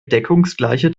deckungsgleiche